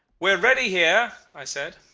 we're ready here i said.